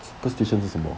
superstition 是什么